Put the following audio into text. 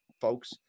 folks